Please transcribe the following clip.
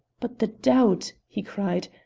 but the doubt, he cried,